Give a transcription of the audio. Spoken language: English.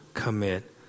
Commit